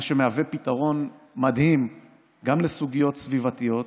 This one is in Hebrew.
מה שמהווה פתרון מדהים גם לסוגיות סביבתיות,